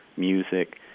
music,